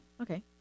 okay